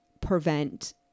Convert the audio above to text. prevent